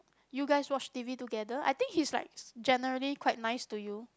you guys watch T_V together I think he's like generally quite nice to you